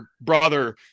brother